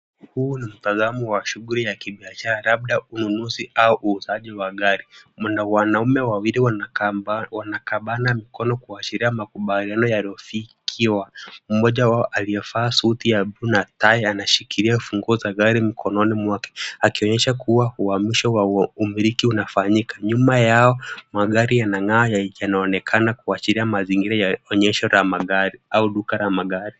Huu ni mtazamo wa shughuli ya kibiashara labda ununuzi au uuzaji wa gari. Mna wanaume wawili wanakabana mkono kuashiria makubaliano yaliyoafikiwa. Mmoja wao aliyevaa suti ya bluu na tai anashikilia funguo za gari mkononi mwake akionyesha kuwa uhamisho wa umiliki unafanyika. Nyuma yao magari yanang'aa yakionekana kuashiria mazingira ya onyesho la magari au duka la magari.